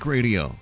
Radio